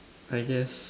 I guess